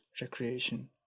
recreation